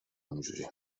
اونجوری